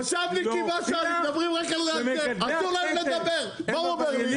מושבניקים שאסור להם לדבר, מה הם אומרים לי?